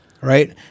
right